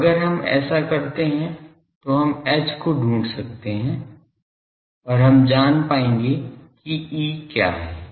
तो अगर हम ऐसा करते हैं तो हम H को ढूंढ सकते है और हम जान पाएंगे कि E क्या है